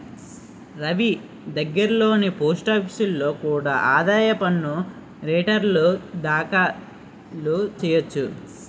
రవీ దగ్గర్లోని పోస్టాఫీసులో కూడా ఆదాయ పన్ను రేటర్న్లు దాఖలు చెయ్యొచ్చు